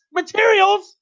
materials